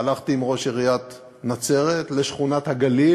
והלכתי עם ראש עיריית נצרת לשכונת-הגליל,